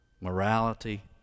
morality